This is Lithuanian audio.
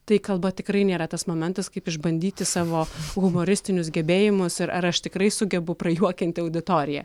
tai kalba tikrai nėra tas momentas kaip išbandyti savo humoristinius gebėjimus ir ar aš tikrai sugebu prajuokinti auditoriją